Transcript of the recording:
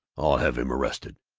i'll have him arrested,